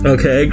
Okay